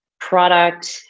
product